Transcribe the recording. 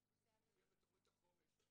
זה מופיע בתכנית החומש.